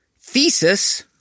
thesis